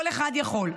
כל אחד יכול.